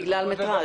בגלל מטרז'.